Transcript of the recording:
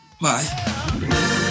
Bye